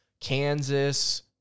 Kansas